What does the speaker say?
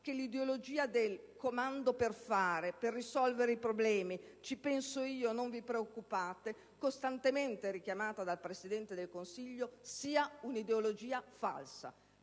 che l'ideologia del "comando per fare e risolvere i problemi", del «ci penso io, non vi preoccupate», costantemente richiamata dal Presidente del Consiglio, sia un'ideologia falsa,